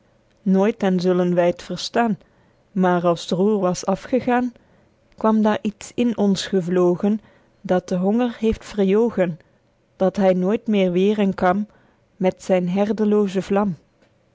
nooit en zullen wy t verstaen maer als t roer was afgegaen kwam daer iets in ons gevlogen dat den honger heeft